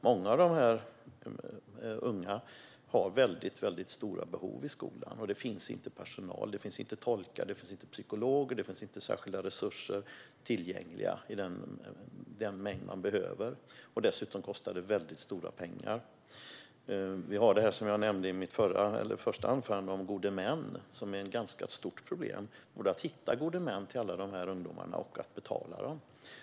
Många av dessa unga har väldigt stora behov i skolan, och det finns inte personal, inte tolkar, inte psykologer och inga särskilda resurser tillgängliga i den mängd som skulle behövas. Dessutom kostar det stora pengar. Jag nämnde gode män i mitt första anförande. Det är ett ganska stort problem både att hitta gode män till alla ungdomar och att betala dem.